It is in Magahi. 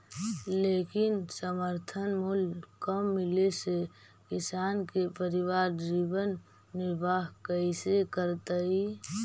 लेकिन समर्थन मूल्य कम मिले से किसान के परिवार जीवन निर्वाह कइसे करतइ?